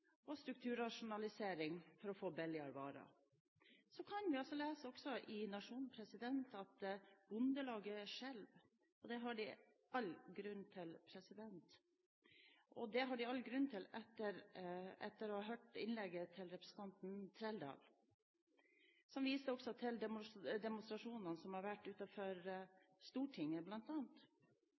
og strukturrasjonalisering for å få billigere varer. Så kan vi lese i Nationen at Bondelaget skjelver. Det har de all grunn til, og det har de all grunn til etter å ha hørt innlegget til representanten Trældal, der han også viste til demonstrasjonene som har vært utenfor Stortinget